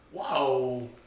whoa